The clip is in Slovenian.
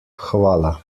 hvala